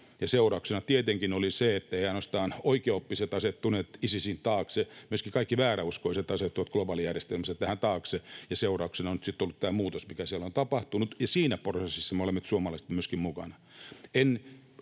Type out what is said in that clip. seurauksena tietenkin oli se, etteivät ainoastaan oikeaoppiset asettuneet Isisin taakse. Myöskin kaikki vääräuskoiset asettuivat globaalijärjestelmässä tämän taakse, ja seurauksena on nyt sitten ollut tämä muutos, mikä siellä on tapahtunut, ja siinä prosessissa me suomalaiset olemme myöskin mukana.